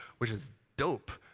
which is dope.